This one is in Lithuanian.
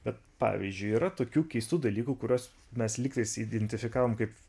bet pavyzdžiui yra tokių keistų dalykų kuriuos mes lygtais identifikavom kaip